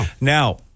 Now